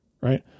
right